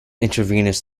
intravenous